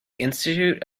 institute